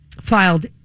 filed